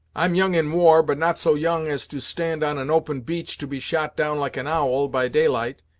i'm young in war, but not so young as to stand on an open beach to be shot down like an owl, by daylight.